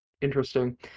Interesting